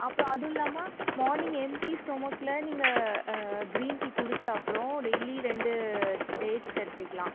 அப்புறம் அதுவும் இல்லாமல் மார்னிங் எம்டி ஸ்டொமக்கில் நீங்கள் க்ரீன் டீ குடித்த அப்புறம் டெய்லி ரெண்டு டேட்ஸ் எடுத்துக்கலாம்